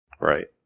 Right